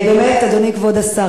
אדוני כבוד השר,